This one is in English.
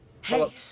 Hey